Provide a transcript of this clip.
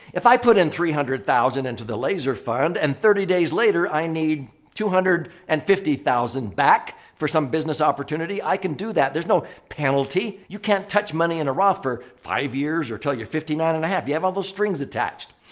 if i put in three hundred thousand into the laser fund and thirty days later, i need two hundred and fifty thousand back for some business opportunity, i can do that. there's no penalty. you can't touch money in a roth for five years until you're fifty nine and a half. you have all those strings attached.